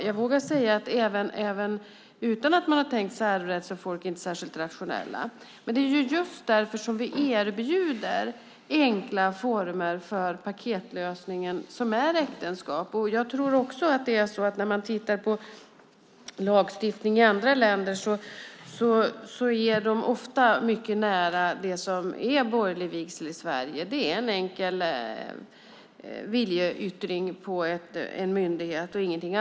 Jag vågar säga att även utan arvsrätt är folk inte särskilt rationella. Det är just därför som vi erbjuder enkla former för paketlösningen som är äktenskap. Tittar man på lagstiftning i andra länder ligger den ofta mycket nära det som är borgerlig vigsel i Sverige. Det är en enkel viljeyttring på en myndighet och inget annat.